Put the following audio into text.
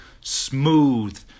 smooth